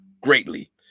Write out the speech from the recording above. greatly